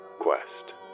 quest